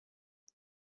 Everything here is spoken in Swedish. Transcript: det